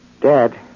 Dad